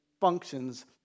functions